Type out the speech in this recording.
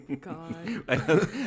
God